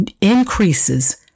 increases